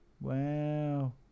Wow